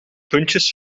puntjes